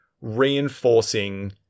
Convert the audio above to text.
reinforcing